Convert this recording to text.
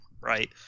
right